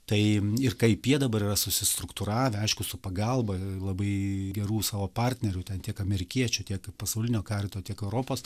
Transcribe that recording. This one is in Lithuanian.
tai ir kaip jie dabar yra susistruktūravę aišku su pagalba labai gerų savo partnerių ten tiek amerikiečių tiek pasaulinio karito tiek europos